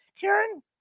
Karen